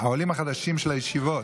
העולים החדשים של הישיבות.